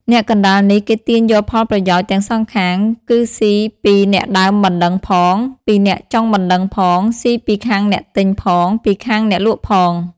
អ្នកកណ្ដាលនេះ គេទាញយកផលប្រយោជន៍ទាំងសងខាង គឺស៊ីពីអ្នកដើមបណ្ដឹងផង ពីអ្នកចុងបណ្ដឹងផង ស៊ីពីខាងអ្នកទិញផង ពីខាងអ្នកលក់ផង ។